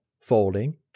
folding